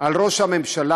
על ראש הממשלה,